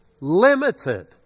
limited